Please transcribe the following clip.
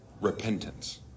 repentance